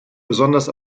besonders